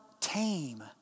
tame